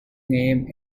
name